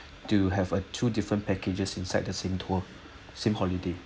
do have a two different packages inside the same tour same holiday